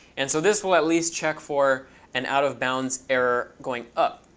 and so this will at least check for an out of bounds error going up.